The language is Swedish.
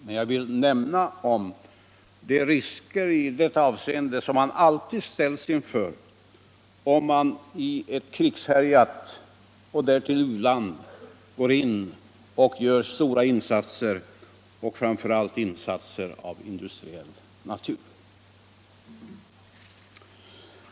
Men jag ville nämna de risker i detta avseende som man alltid ställs inför om man i ett krigshärjat land — och därtill ett u-land — gör stora insatser och framför allt insatser av industriell natur.